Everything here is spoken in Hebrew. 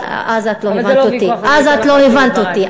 אז את לא הבנת אותי.